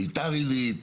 ביתר עילית,